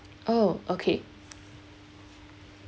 oh okay